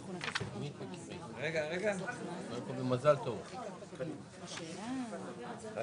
אנחנו מתחילים בבחינת היערכות הממשלה למתן פיצוי בעקבות מבצע "מגן וחץ".